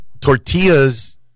tortillas